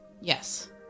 Yes